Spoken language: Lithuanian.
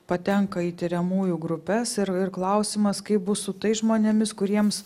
patenka į tiriamųjų grupes ir ir klausimas kaip bus su tais žmonėmis kuriems